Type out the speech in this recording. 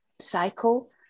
cycle